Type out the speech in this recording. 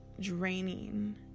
draining